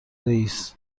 رئیس